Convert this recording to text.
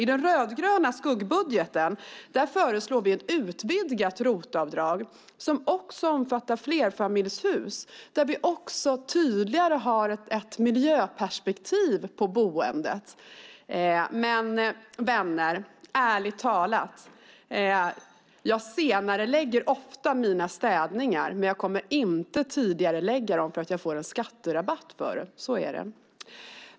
I den rödgröna skuggbudgeten föreslår vi ett utvidgat ROT-avdrag som också omfattar flerfamiljshus. Vi har också ett tydligare miljöperspektiv på boendet. Vänner, ärligt talat: Jag senarelägger ofta mina städningar. Men jag kommer inte att tidigarelägga dem därför att jag får en skatterabatt på dem.